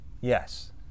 yes